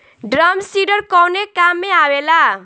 Drum seeder कवने काम में आवेला?